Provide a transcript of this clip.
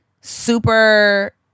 super